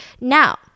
Now